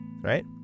right